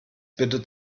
bitte